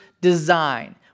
design